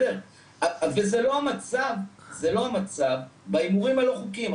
זה לא המצב בהימורים הלא חוקיים.